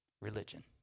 Religion